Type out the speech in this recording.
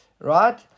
right